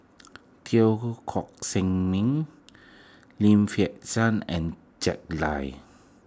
Teo Koh Miang Lim Fei Shen and Jack Lai